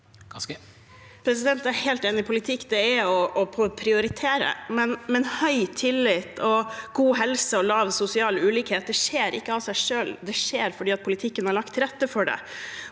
Jeg er helt enig i at politikk er å prioritere. Men høy tillit, god helse og lav sosial ulikhet kommer ikke av seg selv. Det skjer fordi politikken har lagt til rette for det.